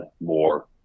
more